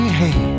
hey